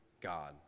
God